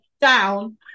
down